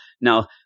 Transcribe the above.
Now